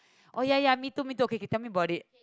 oh ya ya me too me too okay okay tell me about it